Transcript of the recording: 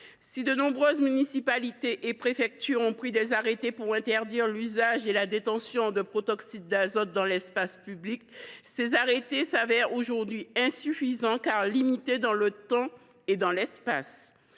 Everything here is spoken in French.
Si de nombreuses municipalités et préfectures ont pris des arrêtés pour interdire l’usage et la détention de protoxyde d’azote dans l’espace public, ces arrêtés se révèlent aujourd’hui insuffisants, car leur portée est limitée dans le temps et dans l’espace.